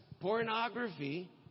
pornography